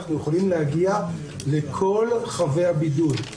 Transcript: אנחנו יכולים להגיע לכל חבי הבידוד.